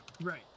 Right